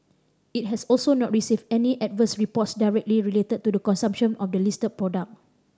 it has also not received any adverse reports directly related to the consumption of the listed product